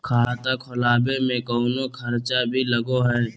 खाता खोलावे में कौनो खर्चा भी लगो है?